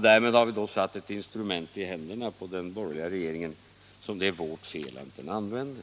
Därmed har vi satt ett instrument i händerna på den borgerliga regeringen som det är vårt fel att den använder.